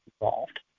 involved